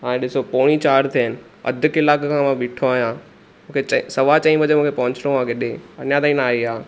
हाणे ॾिसो पोणी चारि थिया आहिनि अध कलाक खां मां ॿीठो आहियां मूंखे चईं सवा चईं वजे मूंखे पहुचणो आहे केॾे अञा ताईं न आई आहे